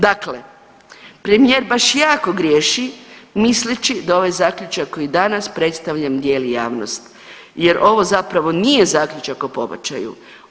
Dakle, premijer baš jako griješi misleći da ovaj zaključak koji danas predstavljam dijeli javnost jer ono zapravo nije zaključak o pobačaju.